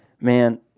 man